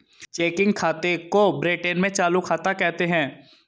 checking खाते को Britain में चालू खाता कहते हैं